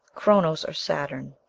chronos, or saturn,